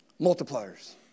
Multipliers